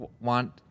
want